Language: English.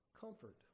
comfort